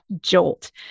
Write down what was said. jolt